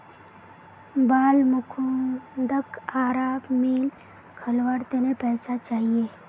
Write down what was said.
बालमुकुंदक आरा मिल खोलवार त न पैसा चाहिए